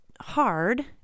hard